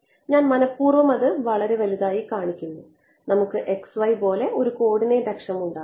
ഞാൻ മനപ്പൂർവ്വം അത് വളരെ വലുതായി കാണിക്കുന്നു നമുക്ക് x y പോലെ ഒരു കോർഡിനേറ്റ് അക്ഷം ഉണ്ടാക്കാം